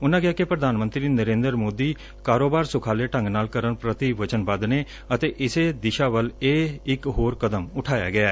ਉਨੂਂ ਕਿਹਾ ਕਿ ਪ੍ਰਧਾਨ ਮੰਤਰੀ ਨਰੇਂਦਰ ਮੋਦੀ ਕਾਰੋਬਾਰ ਸੁਖਾਲੇ ਢੰਗ ਨਾਲ ਕਰਨ ਪੁਤੀ ਵਚਨਬੱਧ ਨੇ ਅਤੇ ਇਸੇ ਦਿਸ਼ਾ ਵਲ ਇਹ ਇਕ ਹੋਰ ਕਦਮ ਉਠਾਇਆ ਗਿਐ